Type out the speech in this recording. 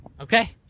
Okay